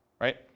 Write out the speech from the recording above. Right